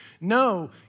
No